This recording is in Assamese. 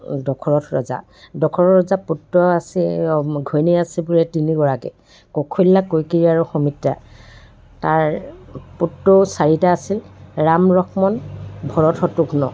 দশৰথ ৰজা দশৰথ ৰজা পুত্ৰ আছে ঘৈণীয়েক আছে বুলি তিনিগৰাকী কশল্যা কৈকেয়ী আৰু সুমিত্ৰা তাৰ পুত্ৰও চাৰিটা আছিল ৰাম লক্ষ্মণ ভৰত শত্ৰুঘ্ন